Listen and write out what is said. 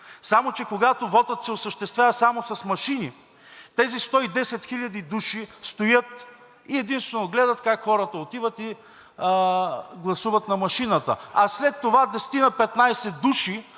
Само че, когато вотът се осъществява само с машини, тези 110 хиляди души стоят и единствено гледат как хората отиват и гласуват на машината, а след това 10 – 15 души